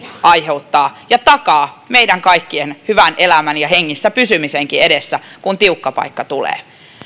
aiheuttaa ja takaa meidän kaikkien hyvän elämän ja hengissä pysymisenkin edessä kun tiukka paikka tulee